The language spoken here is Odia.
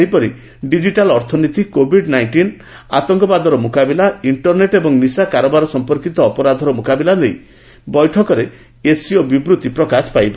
ସେହିପରି ଡିକିଟାଲ ଅର୍ଥନୀତି କୋଭିଡ ନାଇଣ୍ଟିନ୍ ଆତଙ୍କବାଦର ମୁକାବିଲା ଇଷ୍ଟରନେଟ୍ ଏବଂ ନିଶା କାରବାର ସମ୍ପର୍କିତ ଅପରାଧର ମୁକାବିଲା ନେଇ ବୈଠକରେ ଏସ୍ସିଓ ବିବୃତ୍ତି ପ୍ରକାଶ ପାଇବ